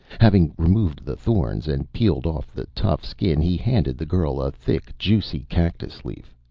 having removed the thorns, and peeled off the tough skin, he handed the girl a thick, juicy cactus leaf.